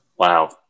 Wow